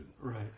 Right